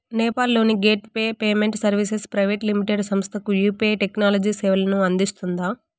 నేపాల్ లోని gateway payment services private limited సంస్థకు UPI technology సేవలను అందిస్తుందా?